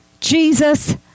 Jesus